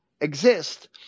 exist